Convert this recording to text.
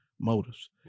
motives